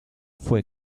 fue